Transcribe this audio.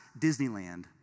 Disneyland